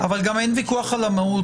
אבל גם אין ויכוח על המהות.